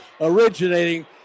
originating